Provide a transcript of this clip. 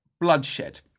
bloodshed